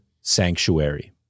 sanctuary